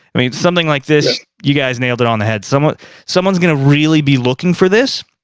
i mean something like this, you guys nailed it on the head. someone's someone's gonna really be looking for this,